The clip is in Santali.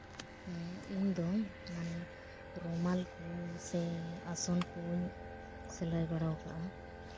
ᱤᱧ ᱫᱚ ᱢᱟᱱᱮ ᱨᱩᱢᱟᱞ ᱠᱚ ᱥᱮ ᱟᱥᱚᱱ ᱠᱚᱹᱧ ᱥᱤᱞᱟᱭ ᱵᱟᱲᱟ ᱠᱟᱜᱼᱟ